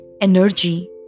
energy